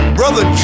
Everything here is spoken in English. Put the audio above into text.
brother